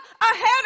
ahead